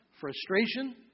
Frustration